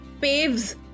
paves